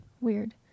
weird